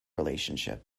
relationship